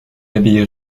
abbaye